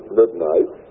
midnight